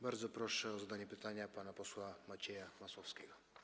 Bardzo proszę o zadanie pytania pana posła Macieja Masłowskiego.